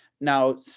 Now